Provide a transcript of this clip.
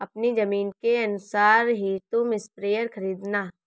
अपनी जमीन के अनुसार ही तुम स्प्रेयर खरीदना